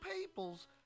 peoples